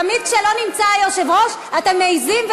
תמיד כשלא נמצא היושב-ראש אתם מעזים,